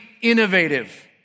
innovative